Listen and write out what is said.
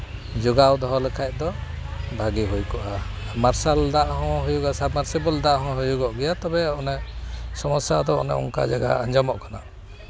ᱡᱚᱜᱟᱣ ᱫᱚᱦᱚ ᱞᱮᱠᱷᱟᱱ ᱫᱚ ᱵᱷᱟᱜᱮ ᱦᱩᱭ ᱠᱚᱜᱼᱟ ᱢᱟᱨᱥᱟᱞ ᱫᱟᱜ ᱦᱚᱸ ᱦᱩᱭᱩᱜᱚᱜ ᱥᱟᱵᱽᱢᱟᱨᱥᱤᱵᱮᱞ ᱫᱟᱜ ᱦᱚᱸ ᱦᱩᱭᱩᱜᱚᱜ ᱜᱮᱭᱟ ᱛᱚᱵᱮ ᱚᱱᱮ ᱥᱚᱢᱚᱥᱥᱟ ᱫᱚ ᱚᱱᱮ ᱚᱱᱠᱟ ᱡᱟᱭᱜᱟ ᱟᱸᱡᱚᱢᱚᱜ ᱠᱟᱱᱟ